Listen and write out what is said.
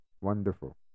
wonderful